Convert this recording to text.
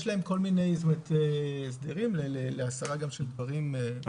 יש להן כל מיני הסדרים להסרה של דברים --- אגב,